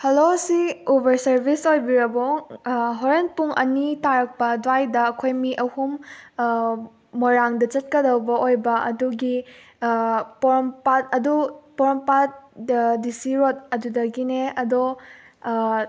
hello ꯁꯤ Uber service ꯑꯣꯏꯕꯤꯔꯕꯣ ꯍꯣꯔꯦꯟ ꯄꯨꯡ ꯑꯅꯤ ꯇꯥꯔꯛꯄ ꯑꯗꯨꯋꯥꯏꯗ ꯑꯩꯈꯣꯏ ꯃꯤ ꯑꯍꯨꯝ ꯃꯣꯏꯔꯥꯡꯗ ꯆꯠꯀꯗꯧꯕ ꯑꯣꯏꯕ ꯑꯗꯨꯒꯤ ꯄꯣꯔꯣꯝꯄꯥꯠ ꯑꯗꯨ ꯄꯣꯔꯣꯝꯄꯥꯠ ꯗꯤ ꯁꯤ ꯔꯣꯗ ꯑꯗꯨꯗꯒꯤꯅꯦ ꯑꯗꯣ